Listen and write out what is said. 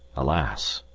alas!